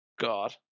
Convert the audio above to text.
God